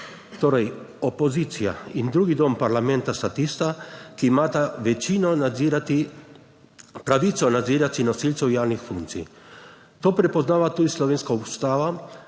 Torej, opozicija in drugi dom parlamenta sta tista, ki imata večino nadzirati. Pravico nadzirati nosilcev javnih funkcij, to prepoznava tudi slovenska ustava